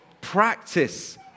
Practice